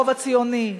הרוב הציוני,